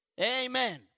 Amen